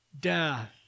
death